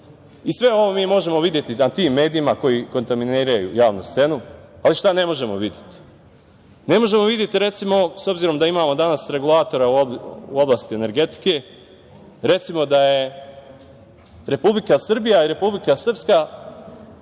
Sve ovo mi možemo videti da u tim medijima koji kontaminiraju javnu scenu, ali šta ne možemo videti? Ne možemo videti recimo, s obzirom da imamo danas regulatora u oblasti energetike, da su Republika Srbija i Republika Srpska